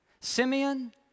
Simeon